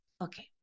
Okay